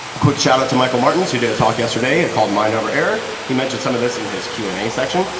quick shout-out to michel martens, who did a talk yesterday ah called mind over error. he mentioned some of this in his q and a section.